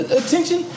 attention